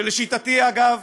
ולשיטתי, אגב,